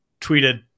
tweeted